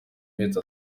mezi